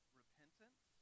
repentance